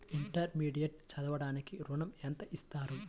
Intermediate చదవడానికి ఋణం ఎంత ఇస్తారు?